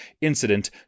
incident